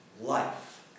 life